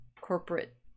corporate